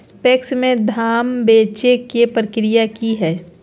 PACS में धाम बेचे के प्रक्रिया की हय?